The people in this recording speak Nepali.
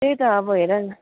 त्यही त अब हेर न